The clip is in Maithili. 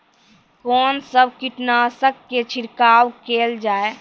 कून सब कीटनासक के छिड़काव केल जाय?